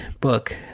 book